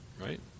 right